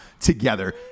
together